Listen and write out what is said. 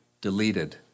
deleted